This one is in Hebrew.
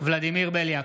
ולדימיר בליאק,